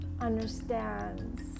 understands